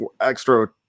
extra